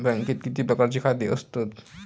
बँकेत किती प्रकारची खाती असतत?